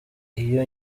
iyo